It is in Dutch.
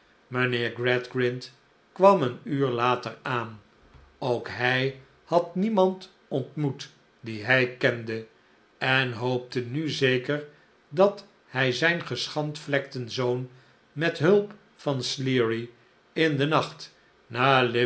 mijnheer gradgrind kwam een uur later aan ook hij had niemand ontmoet die hij kende en hoopte nu zeker dat hij zijn geschandvlekten zoon met hulp van sleary in den nacht